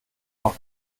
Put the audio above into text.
doch